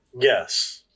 Yes